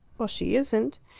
well, she isn't.